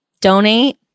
donate